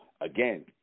again